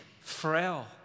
frail